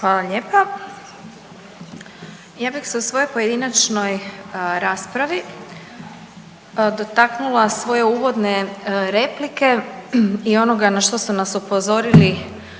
Hvala lijepa. Ja bih se u svojoj pojedinačnoj raspravi dotaknula svoje uvodne replike i onoga na što su nas upozorili